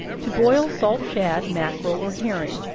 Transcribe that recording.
to boil salt shad, mackerel or herring.